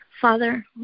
Father